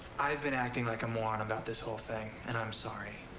i've been acting like a moron about this whole thing, and i'm sorry.